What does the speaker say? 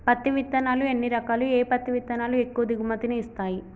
పత్తి విత్తనాలు ఎన్ని రకాలు, ఏ పత్తి విత్తనాలు ఎక్కువ దిగుమతి ని ఇస్తాయి?